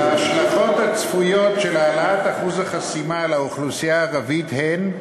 ההשלכות הצפויות של העלאת אחוז החסימה על האוכלוסייה הערבית הן: